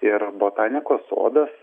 ir botanikos sodas